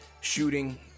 Shooting